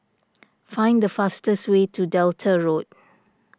find the fastest way to Delta Road